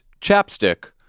chapstick